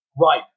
Right